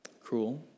Cruel